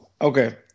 Okay